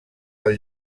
del